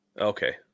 Okay